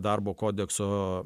darbo kodekso